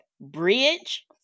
bridge